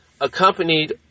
accompanied